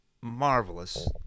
marvelous